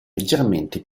leggermente